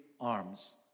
arms